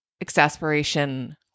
exasperation